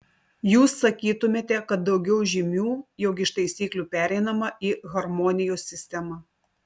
jūs sakytumėte kad daugiau žymių jog iš taisyklių pereinama į harmonijos sistemą